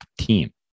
team